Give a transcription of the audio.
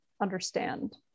understand